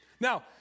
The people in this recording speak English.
Now